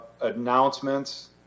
announcements